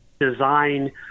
design